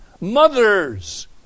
Mothers